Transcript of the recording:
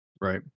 Right